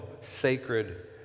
sacred